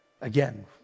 Again